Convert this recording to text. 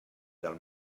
del